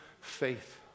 faith